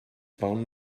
phone